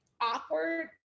awkward